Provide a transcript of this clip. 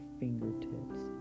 fingertips